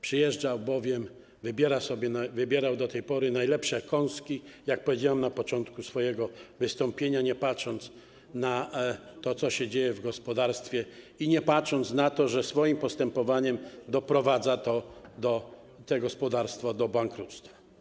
Przyjeżdżał bowiem, wybierał do tej pory najlepsze kąski, jak powiedziałem na początku swojego wystąpienia, nie patrząc na to, co się dzieje w gospodarstwie i nie patrząc na to, że swoim postępowaniem doprowadza te gospodarstwa do bankructw.